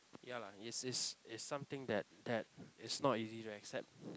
ya lah is is is something that that is not easy to accept